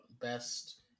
best